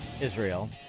Israel